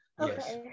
Yes